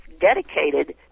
dedicated